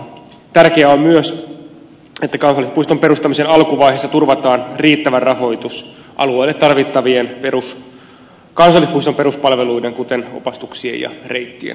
tärkeää on myös että kansallispuiston perustamisen alkuvaiheessa turvataan riittävä rahoitus alueelle tarvittavien kansallispuiston peruspalveluiden kuten opastuksien ja reittien rakentamiseksi